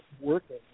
working